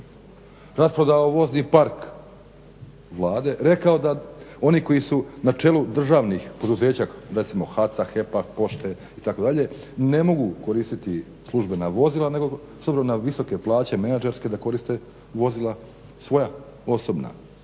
Rasprodao vozni park Vlade rekao da oni koji su na čelu državnih poduzeća recimo HAC-a, HEP-a, pošte itd. ne mogu koristiti službena vozila nego s obzirom na visoke plaće menadžerske da koriste vozila svoja, osobna.